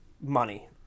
money